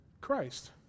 Christ